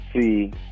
see